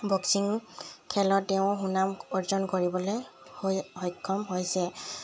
boxing খেলত তেওঁ সুনাম অৰ্জন কৰিবলৈ সই সক্ষম হৈছে